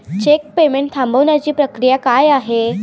Check payment थांबवण्याची प्रक्रिया काय आहे?